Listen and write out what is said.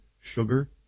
sugar